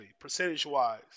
percentage-wise